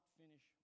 finish